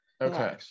okay